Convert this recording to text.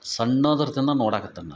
ಸಣ್ಣದರಿಂದ ನೋಡಕತ್ತೇನೆ ನಾ